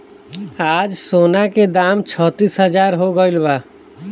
आज सोना के दाम छत्तीस हजार हो गइल बा